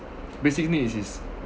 basic needs is